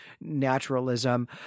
naturalism